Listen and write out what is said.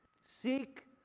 Seek